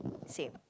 same